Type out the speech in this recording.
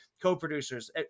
co-producers